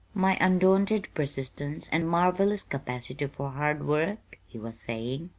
my undaunted persistence and marvelous capacity for hard work? he was saying.